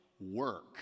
Work